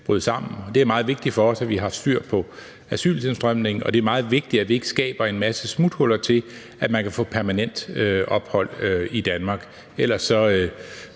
Det er meget vigtigt for os, at vi har styr på asyltilstrømningen, og det er meget vigtigt, at vi ikke skaber en masse smuthuller til, at man kan få permanent ophold i Danmark.